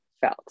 felt